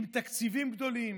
עם תקציבים גדולים,